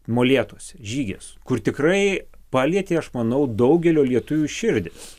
molėtuose žygis kur tikrai palietė aš manau daugelio lietuvių širdis